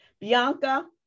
Bianca